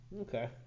Okay